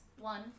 One